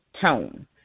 tone